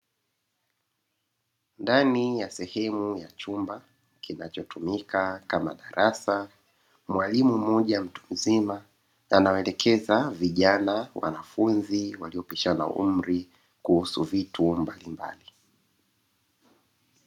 Ndani ya sehemu ya chumba kinachotumika kama darasa ,mwalimu mmoja mtu mzima anawaelekeza vijana wanafunzi, waliopishana umri kuhusu vitu mbalimbali.